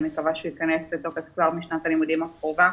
אני מקווה שהוא ייכנס לתוקף כבר משנת הלימודים הקרובה,